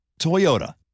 Toyota